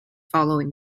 following